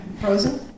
Frozen